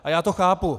A já to chápu.